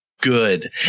good